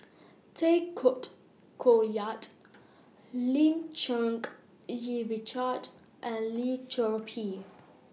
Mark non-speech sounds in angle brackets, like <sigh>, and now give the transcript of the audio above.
Tay <unintelligible> Koh Yat Lim Cherng Yih Richard and Lim Chor Pee